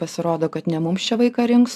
pasirodo kad ne mums čia vaiką rinks